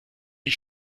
die